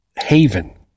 haven